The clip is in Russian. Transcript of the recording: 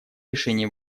решении